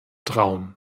traum